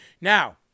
Now